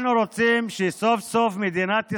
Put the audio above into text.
אנחנו רוצים שסוף-סוף מדינת ישראל,